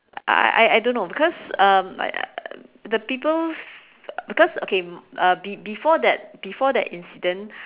I I I don't know because um the people because okay uh be~ before that before that incident